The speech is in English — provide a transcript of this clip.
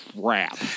crap